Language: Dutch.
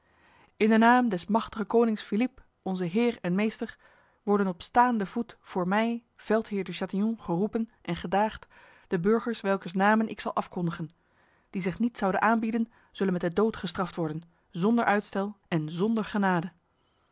in de naam des machtigen konings philippe onze heer en meester worden op staande voet voor mij veldheer de chatillon geroepen en gedaagd de burgers welkers namen ik zal afkondigen die zich niet zouden aanbieden zullen met de dood gestraft worden zonder uitstel en zonder genade